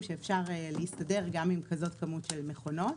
אפשר להסתדר גם עם כמות כזאת של מכונות.